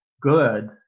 good